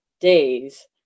days